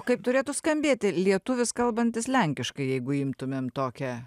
kaip turėtų skambėt lietuvis kalbantis lenkiškai jeigu imtumėm tokią